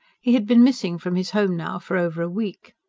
he had been missing from his home now for over a week.